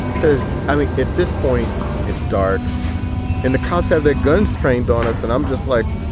cause, i mean, at this point it's dark and the cops have their guns trained on us. and i'm just like,